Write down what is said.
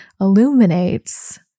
illuminates